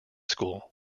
school